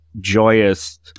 joyous